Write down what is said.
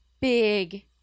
big